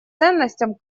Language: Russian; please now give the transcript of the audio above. ценностям